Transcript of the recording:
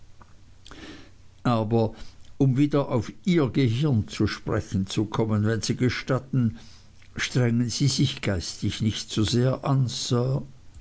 aber um wieder auf ihr gehirn zu sprechen zu kommen wenn sie gestatten strengen sie sich geistig nicht zu sehr an sir